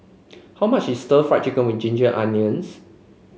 how much is stir Fry Chicken with Ginger Onions